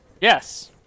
Yes